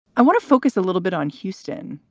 i want to focus a little bit on houston,